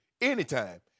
anytime